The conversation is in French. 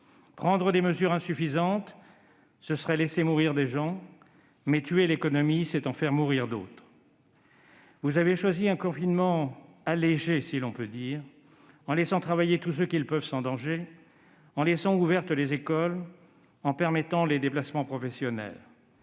Prendre des mesures insuffisantes, ce serait laisser mourir des gens, mais tuer l'économie, c'est en faire mourir d'autres. Vous avez choisi un confinement « allégé », si l'on peut dire, en laissant travailler tous ceux qui le peuvent sans danger, en laissant ouvertes les écoles, en permettant les déplacements professionnels.